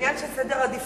זה עניין של סדר עדיפויות,